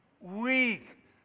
weak